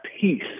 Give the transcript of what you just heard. peace